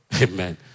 Amen